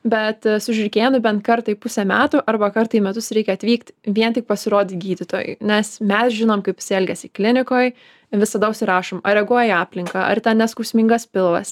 bet su žiurkėnu bent kartą į pusę metų arba kartą į metus reikia atvykt vien tik pasirodyt gydytojui nes mes žinom kaip jis elgiasi klinikoj visada užsirašom ar reaguoja į aplinką ar neskausmingas pilvas